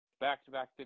back-to-back